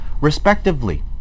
respectively